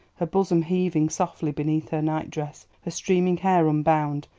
her bosom heaving softly beneath her night-dress, her streaming hair unbound,